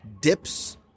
dips